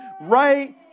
right